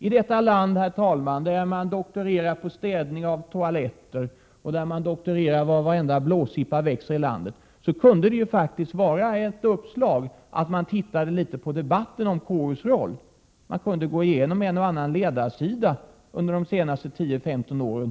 I detta land, herr talman, där man doktorerar på städning av toaletter och på var varenda blåsippa i landet växer kunde det faktiskt vara ett uppslag att se litet på debatten om KU:s roll. Man kunde gå igenom en och annan ledarsida under de senaste 10-15 åren.